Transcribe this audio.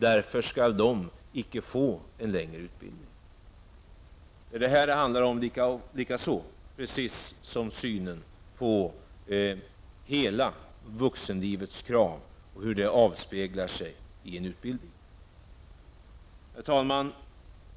Därför skulle de icke få en längre utbildning. Debatten handlar likaså om detta, precis som den handlar om hur synen på hela vuxenlivets krav avspeglar sig i en utbildning. Herr talman!